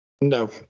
no